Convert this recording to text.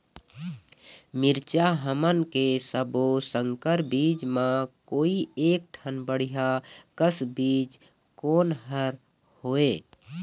मिरचा हमन के सब्बो संकर बीज म कोई एक ठन बढ़िया कस बीज कोन हर होए?